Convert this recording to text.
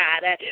God